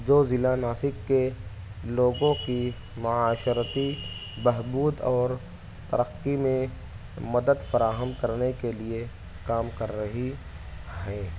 جو ضلع ناسک کے لوگوں کی معاشرتی بہبود اور ترقی میں مدد فراہم کرنے کے لیے کام کر رہی ہیں